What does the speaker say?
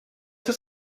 het